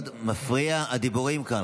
מאוד מפריע הדיבורים כאן.